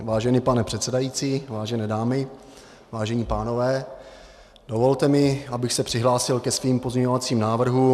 Vážený pane předsedající, vážené dámy, vážení pánové, dovolte mi, abych se přihlásil ke svým pozměňovacím návrhům.